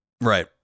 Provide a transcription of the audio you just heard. right